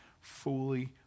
fully